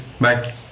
bye